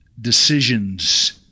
decisions